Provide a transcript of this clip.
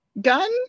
gun